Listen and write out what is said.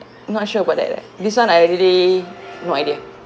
not sure about that leh this [one] I really no idea